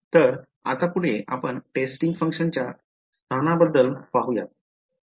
तर आता पुढे आपण टेस्टिंग function च्या स्थानाबद्दल पाहुयात